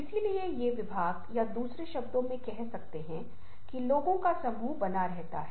अब आप अपनी प्रस्तुति में ऐसा करना चाहेंगे यदि आप अपनी प्रस्तुति में ऐसा करना चाहते हैं तो यह किस उद्देश्य से काम करता है